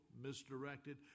misdirected